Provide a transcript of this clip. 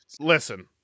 listen